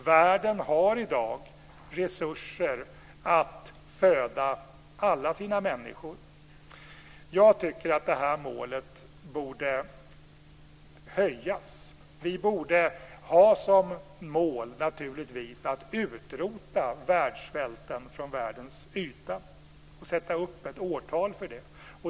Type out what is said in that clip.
Världen har i dag resurser att föda alla sina människor. Jag tycker att det här målet borde höjas. Vi borde naturligtvis ha som mål att utrota världssvälten från världens yta och sätta upp ett årtal för det.